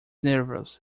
nervous